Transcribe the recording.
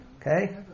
okay